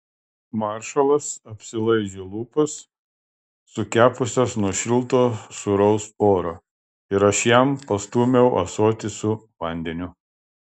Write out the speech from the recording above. maršalas apsilaižė lūpas sukepusias nuo šilto sūraus oro ir aš jam pastūmiau ąsotį su vandeniu